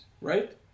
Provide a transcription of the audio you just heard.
right